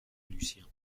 lucien